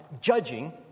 judging